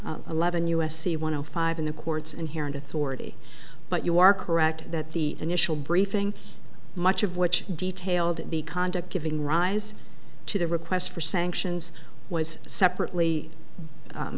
eleven u s c one hundred five in the court's inherent authority but you are correct that the initial briefing much of which detailed the conduct giving rise to the requests for sanctions was separately